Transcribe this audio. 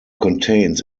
contains